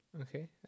Okay